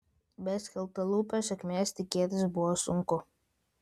be skeltalūpio sėkmės tikėtis buvo sunku